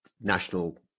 national